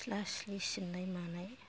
सिथला सिथलि सिबनाय मानाय